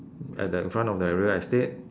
at the in front of the real estate